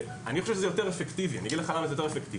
אני חושב שזה יותר אפקטיבי ואני אגיד לך למה זה יותר אפקטיבי.